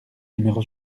numéro